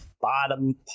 bottom